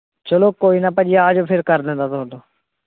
ਚਲੋ ਕੋਈ ਨਾ ਭਾ ਜੀ ਆ ਜਿਓ ਫਿਰ ਕਰ ਦਿੰਦਾ ਤੁਹਾਡਾ